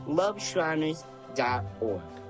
loveshriners.org